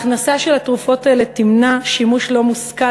הכנסת התרופות האלה תמנע שימוש לא מושכל